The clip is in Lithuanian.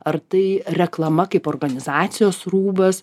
ar tai reklama kaip organizacijos rūbas